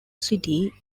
city